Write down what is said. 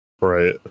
Right